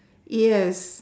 yes